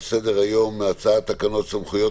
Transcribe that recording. על סדר היום: הצעת תקנות סמכויות